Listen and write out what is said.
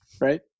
right